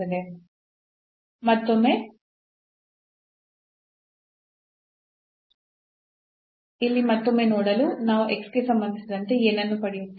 ಇಲ್ಲಿ ಮತ್ತೊಮ್ಮೆ ನೋಡಲು ನಾವು x ಗೆ ಸಂಬಂಧಿಸಿದಂತೆ ಏನನ್ನು ಪಡೆಯುತ್ತೇವೆ